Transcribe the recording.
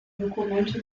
dokumente